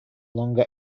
longer